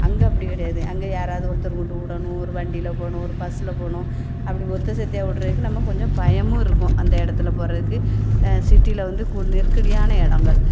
அங்கே அப்படி கிடயாது அங்கே யாரவது ஒருத்தர் கொண்டு விடணும் ஒரு வண்டியில் போகணும் ஒரு பஸ்ஸில் போகணும் அப்படி ஒத்தை செத்தையாக விட்றதுக்கு நம்ம கொஞ்சம் பயமும் இருக்கும் அந்த இடத்துல போகறதுக்கு சிட்டியில் வந்து குன் நெருக்கடியான இடங்கள்